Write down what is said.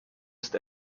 ist